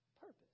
purpose